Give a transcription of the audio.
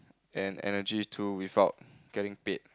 and energy to without getting paid